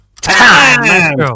Time